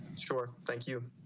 sure. thank you.